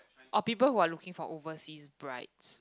or people who are looking for overseas brides